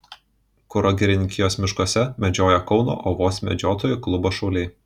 kuro girininkijos miškuose medžioja kauno ovos medžiotojų klubo šauliai